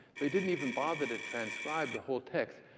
so he didn't even bother to transcribe the whole text,